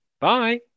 Bye